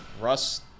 Russ